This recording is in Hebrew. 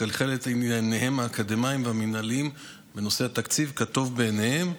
לכלכל את ענייניהם האקדמיים והמינהליים בנושא התקציב כטוב בעיניהם,